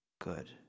good